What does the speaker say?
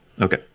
Okay